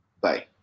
Bye